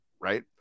Right